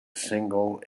single